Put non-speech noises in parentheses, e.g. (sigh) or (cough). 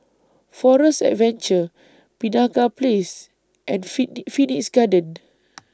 Forest Adventure Penaga Place and (unintelligible) Phoenix Garden (noise)